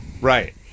Right